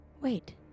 wait